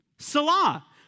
Salah